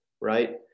right